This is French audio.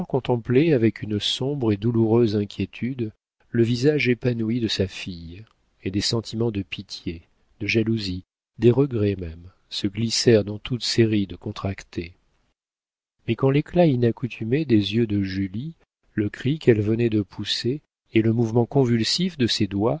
contemplait avec une sombre et douloureuse inquiétude le visage épanoui de sa fille et des sentiments de pitié de jalousie des regrets même se glissèrent dans toutes ses rides contractées mais quand l'éclat inaccoutumé des yeux de julie le cri qu'elle venait de pousser et le mouvement convulsif de ses doigts